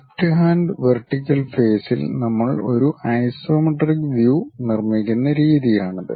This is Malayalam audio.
ലെഫ്റ്റ് ഹാൻഡ് വെർട്ടിക്കൽ ഫേസിൽ നമ്മൾ ഒരു ഐസോമെട്രിക് വ്യൂ നിർമ്മിക്കുന്ന രീതിയാണിത്